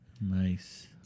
Nice